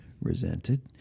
resented